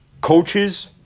coaches